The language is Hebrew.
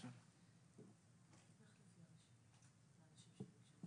שונטל קולט, ההסתדרות החדשה,